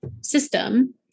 system